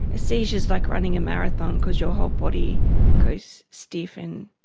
a seizure is like running a marathon because your whole body goes stiff and